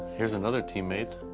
here's another teammate.